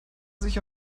sich